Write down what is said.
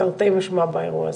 תרתי משמע באירוע הזה.